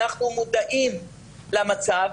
אנחנו מודעים למצב.